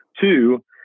Two